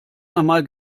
einmal